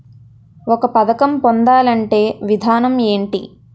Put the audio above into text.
ఒక పథకం పొందాలంటే విధానం ఏంటి?